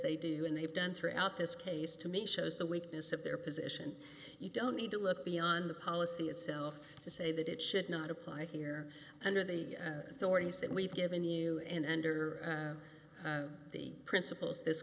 they do and they've done throughout this case to me shows the weakness of their position you don't need to look beyond the policy itself to say that it should not apply here under the authorities that we've given you and or the principles this